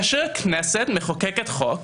כאשר הכנסת מחוקקת חוק,